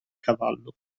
cavallo